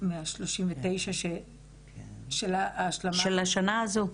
מה-39 של --- של השנה הזו.